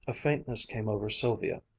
a faintness came over sylvia.